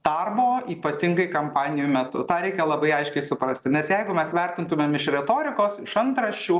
darbo ypatingai kampanijų metu tą reikia labai aiškiai suprasti nes jeigu mes vertintumėm iš retorikos iš antraščių